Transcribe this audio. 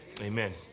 amen